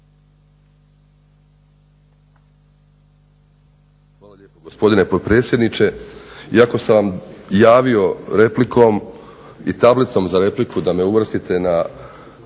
Hvala lijepo, gospodine potpredsjedniče. Iako sam javio replikom i tablicom za repliku da me uvrstite